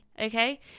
okay